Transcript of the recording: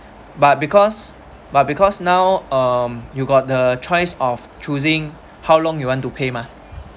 but because but because now um you've got the choice of choosing how long you want to pay mah